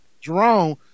Jerome